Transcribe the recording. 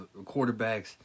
quarterbacks